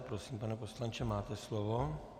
Prosím, pane poslanče, máte slovo.